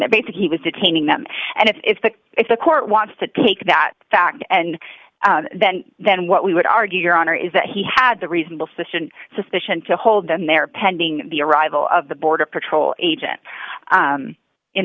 that basic he was detaining them and if the if the court wants to take that fact and then then what we would argue your honor is that he had the reasonable suspicion suspicion to hold them there pending the arrival of the border patrol agent